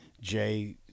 Jay